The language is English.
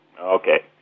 Okay